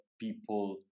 people